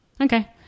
Okay